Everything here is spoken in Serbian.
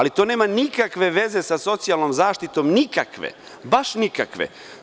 To nema nikakve veze sa socijalnom zaštitom, nikakve, baš nikakve.